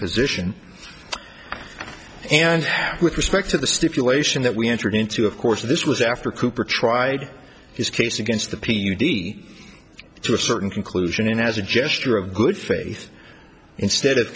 position and with respect to the stipulation that we entered into of course this was after cooper tried his case against the p d to a certain conclusion and as a gesture of good faith instead of